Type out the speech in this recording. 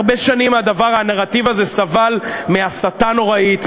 הרבה שנים הנרטיב הזה סבל מהסתה נוראית,